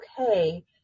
okay